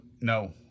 No